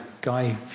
guy